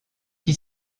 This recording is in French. qui